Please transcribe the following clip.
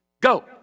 Go